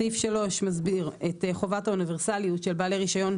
סעיף (3) מסביר את חובת האוניברסליות של בעלי רישיון,